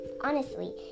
Honestly